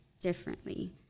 differently